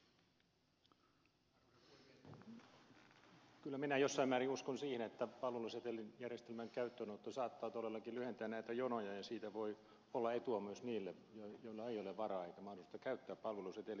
kyllä minä jossain määrin uskon siihen että palvelusetelijärjestelmän käyttöönotto saattaa todellakin lyhentää näitä jonoja ja siitä voi olla etua myös niille joilla ei ole varaa eikä mahdollisuutta käyttää palveluseteliä